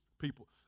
people